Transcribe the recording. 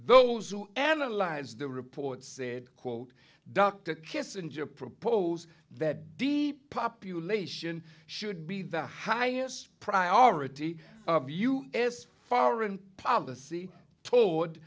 who analyze the report said quote dr kissinger propose that de population should be the highest priority of u s foreign policy toward